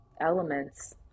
elements